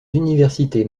universités